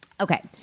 Okay